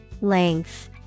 Length